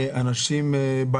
אנשים עם